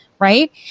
Right